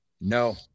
no